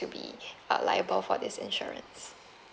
to be uh liable for this insurance